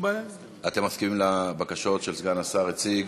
אתם מסכימים לבקשות שסגן השר הציג?